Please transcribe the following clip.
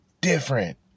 different